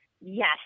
Yes